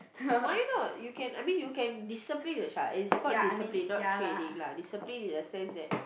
why not you can I mean you can discipline the child it's called discipline not training lah discipline in the sense that